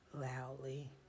loudly